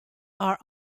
are